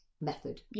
method